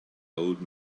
old